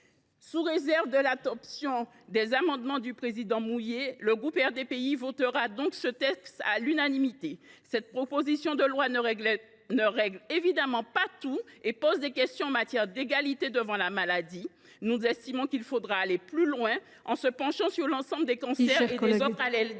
Sous réserve de l’adoption des amendements du président Mouiller, le groupe RDPI votera ce texte à l’unanimité. Cette proposition de loi ne règle évidemment pas tout et pose des questions en matière d’égalité devant la maladie. Nous estimons qu’il faudra aller plus loin en se penchant sur l’ensemble des cancers et des autres ALD,